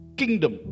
kingdom